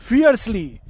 Fiercely